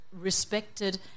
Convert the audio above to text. respected –